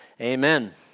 amen